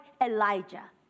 Elijah